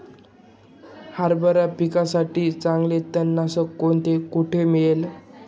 हरभरा पिकासाठी चांगले तणनाशक कोणते, कोठे मिळेल?